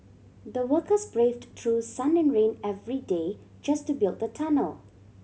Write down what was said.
the workers braved through sun and rain every day just to build the tunnel